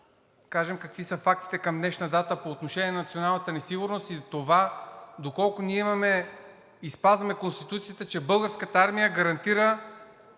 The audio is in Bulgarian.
кажем какви са фактите към днешна дата по отношение на националната сигурност и за това доколко ние спазваме Конституцията, че Българската армия гарантира